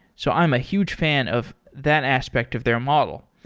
so i'm a huge fan of that aspect of their model.